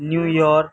New York